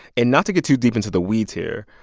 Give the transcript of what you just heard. and not to get too deep into the weeds here,